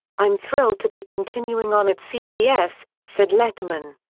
i'm thrilled to be continuing on at cbs, said letterman.